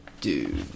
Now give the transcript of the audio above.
Dude